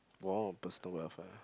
!wow! personal welfare